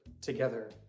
together